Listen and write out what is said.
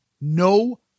no